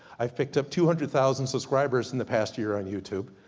i've picked up two hundred thousand subscribers, in the past year on youtube.